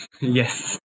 Yes